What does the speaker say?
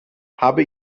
habe